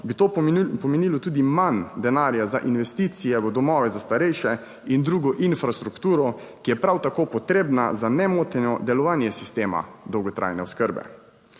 bi to pomenilo tudi manj denarja za investicije v domove za starejše in drugo infrastrukturo, ki je prav tako potrebna za nemoteno delovanje sistema dolgotrajne oskrbe.